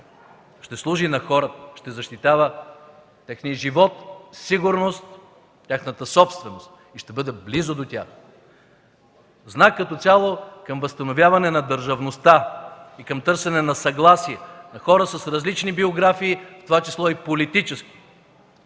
ще служи на хората, ще защитава техния живот, сигурност, тяхната собственост и ще бъде близо до тях. Като цяло знакът ще бъде към възстановяване на държавността и към търсене на съгласието на хора с различни биографии, в това число и политически.